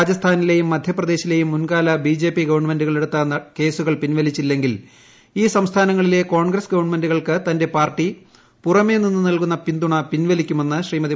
രാജസ്ഥാനിലെയും മധ്യപ്രദേശിലെയും മുൻകാല ബിജെപി ഗവമെന്റുകൾ എടുത്ത കേസുകൾ പിൻവലിച്ചില്ലെങ്കിൽ ഈ സംസ്ഥാനങ്ങളിലെ കോൺഗ്രസ് ഗവണ്മെന്റുകൾക്ക് തന്റെ പാർട്ടി പുറമെ നിന്നു നൽകുന്ന പിന്തുണ പിൻവലിക്കുമെന്ന് ശ്രീമതി